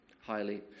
highly